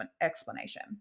explanation